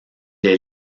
est